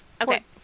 Okay